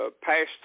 passed